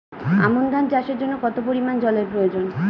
আমন ধান চাষের জন্য কত পরিমান জল এর প্রয়োজন?